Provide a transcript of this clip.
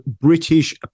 British